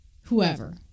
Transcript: whoever